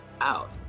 out